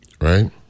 right